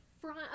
front